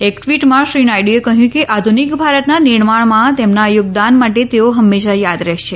એક ટ્વીટમાં શ્રી નાયડુએ કહ્યું કે આધુનિક ભારતના નિર્માણમાં તેમના યોગદાન માટે તેઓ હંમેશા યાદ રહેશે